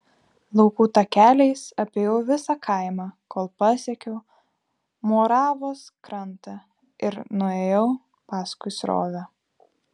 laukų takeliais apėjau visą kaimą kol pasiekiau moravos krantą ir nuėjau paskui srovę